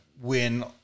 win